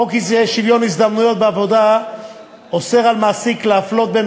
חוק שוויון ההזדמנויות בעבודה אוסר על מעסיק להפלות בין